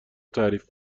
تعریف